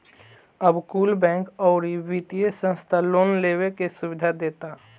अब कुल बैंक, अउरी वित्तिय संस्था लोन लेवे के सुविधा देता